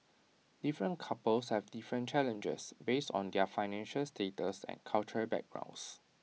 different couples have different challenges based on their financial status and cultural backgrounds